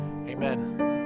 Amen